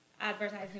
advertising